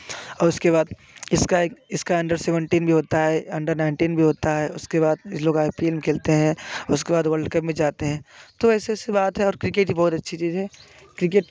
और उसके बाद इसका एक इसका अंडर सेवेंटीन भी होता है अंडर नाइंटीन भी होता है उसके बाद में लोग आई पी एल खेलते हैं उसके बाद वर्ल्ड कप में जाते हैं तो ऐसे से बात है और क्रिकेट बहुत अच्छी चीज़ है क्रिकेट